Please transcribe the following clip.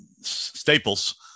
Staples